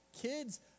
kids